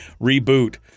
Reboot